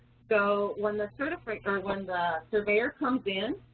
so when the sort of like when the surveyor comes in,